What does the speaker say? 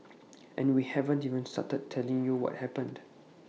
and we haven't even started telling you what happened